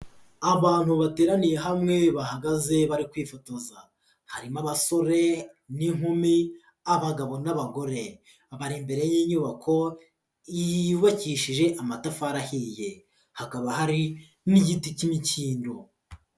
Abantu bateraniye hamwe bahagaze bari kwifotoza. Harimo abasore n'inkumi abagabo n'abagore. Bari imbere y'inyubako yubakishije amatafari ahiye. Hakaba hari n'igiti k'imikindo.